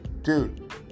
Dude